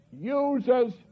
uses